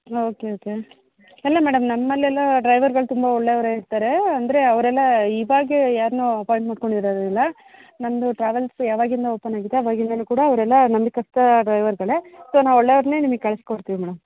ಹಾಂ okay okay ಅಲ್ಲ madam ನಮ್ಮಲೆಲ್ಲ ಡ್ರೈವರ್ಗಳು ತುಂಬ ಒಳ್ಳೆಯವರೇ ಇರ್ತಾರೆ ಅಂದರೆ ಅವರೆಲ್ಲ ಇವಾಗ ಯಾರನ್ನೋ ಅಪಾಯಿಂಟ್ ಮಾಡ್ಕೊಂಡು ಇರೋದಿಲ್ಲ ನಮ್ದು ಟ್ರಾವೆಲ್ಸ್ ಯಾವಾಗಿಂದ ಓಪನ್ ಆಗಿದೆ ಅವಾಗಿಂದಲು ಕೂಡ ಅವರೆಲ್ಲ ನಂಬಿಕಸ್ಥ ಡ್ರೈವರ್ಗಳೇ ಸೊ ನಾವು ಒಳ್ಳೆಯವ್ರನ್ನೇ ನಿಮಗೆ ಕಳ್ಸಿ ಕೊಡ್ತೀವಿ ಮೇಡಮ್